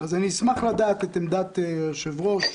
אשמח לדעת את עמדת היושב-ראש,